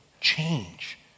change